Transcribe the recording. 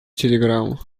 телеграмму